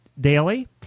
daily